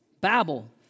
Babel